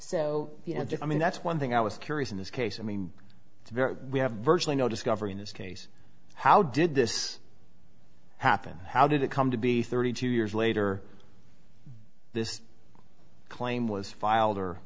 so i mean that's one thing i was curious in this case i mean we have virtually no discovery in this case how did this happen how did it come to be thirty two years later this claim was filed or